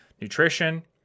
nutrition